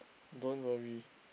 don't worry